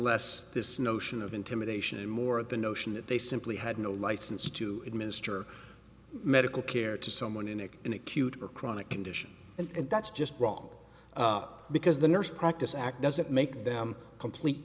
less this notion of intimidation and more of the notion that they simply had no license to administer medical care to someone in an acute or chronic condition and that's just wrong because the nurse practice act doesn't make them complete